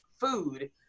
food